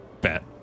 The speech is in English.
bet